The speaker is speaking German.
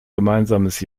gemeinsames